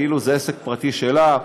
כאילו זה עסק פרטי שלה,